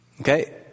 Okay